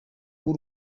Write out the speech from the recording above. w’u